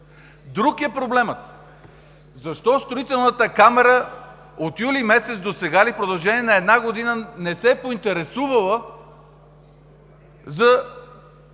Друг е проблемът: защо Строителната камара от юли месец досега, в продължение на една година, не се е поинтересувала за